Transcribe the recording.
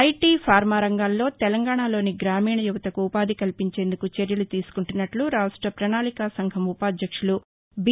IT pharma రంగాల్లో తెలంగాణలోని గ్రామీణ యువతకు ఉపాధి కల్పించేందుకు చర్యలు తీసుకుంటున్నట్లు రాష్ట ప్రణాళిక సంఘ ఉపాధ్యక్షులు బి